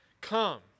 come